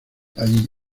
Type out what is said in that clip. ahí